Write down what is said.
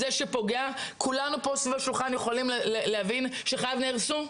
כולנו סביב השולחן יכולים להבין שחייו נהרסו,